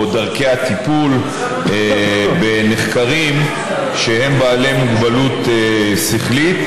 או דרכי הטיפול בנחקרים שהם בעלי מוגבלות שכלית.